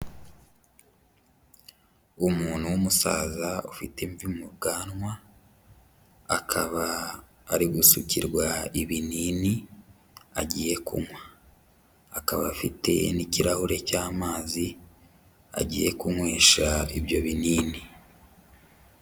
Umuntu w'umusaza ufite imvi mu bwanwa akaba ari gusukirwa ibinini agiye kunywa, akaba afite n'ikirahure cy'amazi agiye kunywesha ibyo binini.